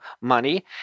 money